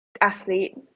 athlete